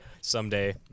Someday